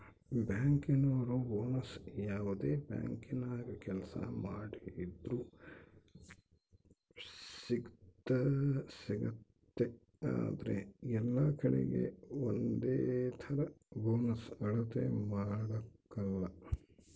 ಬ್ಯಾಂಕಿನೋರು ಬೋನಸ್ನ ಯಾವ್ದೇ ಬ್ಯಾಂಕಿನಾಗ ಕೆಲ್ಸ ಮಾಡ್ತಿದ್ರೂ ಸಿಗ್ತತೆ ಆದ್ರ ಎಲ್ಲಕಡೀಗೆ ಒಂದೇತರ ಬೋನಸ್ ಅಳತೆ ಮಾಡಕಲ